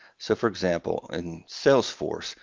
so for example, in salesforce,